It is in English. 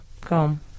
Come